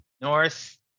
north